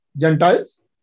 Gentiles